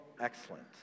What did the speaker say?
excellent